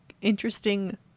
interesting